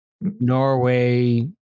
Norway